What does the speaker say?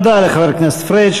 תודה לחבר הכנסת פריג'.